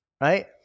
right